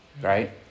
Right